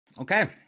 Okay